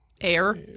air